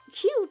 Cute